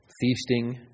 feasting